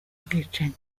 bwicanyi